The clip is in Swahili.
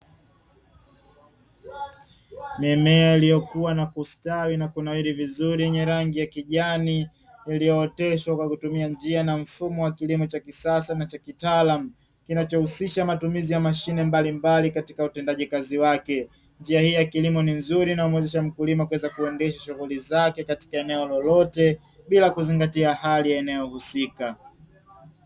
Mimea iliyokuwa na kustawi na kunawili vizuri yenye rangi ya kijani iliyooteshwa kwa kutumia njia na mfumo wa kilimo cha kisasa na cha kitaalamu kinachohusisha matumizi ya mashine mbalimbali katika utendaji kazi wake, njia hii ya kilimo ni nzuri inayomwezesha mkulima kuweza kuendesha shughuli zake katika eneo lolote bila kuzingatia hali ya eneo husika.